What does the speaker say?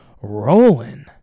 rolling